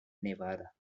nevada